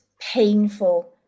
painful